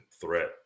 threat